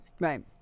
Right